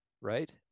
Right